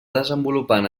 desenvolupant